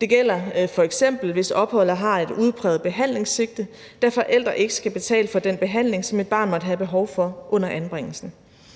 Det gælder f.eks., hvis opholdet har et udpræget behandlingssigte, da forældrene ikke skal betale for den behandling, som et barn måtte have behov for under anbringelsen.